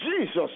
Jesus